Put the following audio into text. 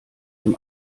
dem